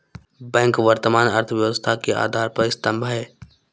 bank वर्तमान अर्थव्यवस्था के आधार स्तंभ है